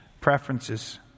preferences